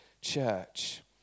church